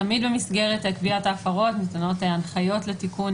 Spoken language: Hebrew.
תמיד במסגרת קביעת ההפרות ניתנות הנחיות לתיקון